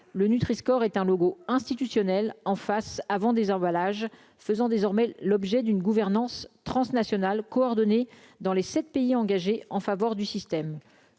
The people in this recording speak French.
le Nutri est un logo institutionnel en face avant des emballages faisant désormais l'objet d'une gouvernance transnationales coordonnées dans les 7 pays engagés en faveur du système